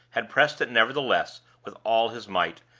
had pressed it, nevertheless, with all his might,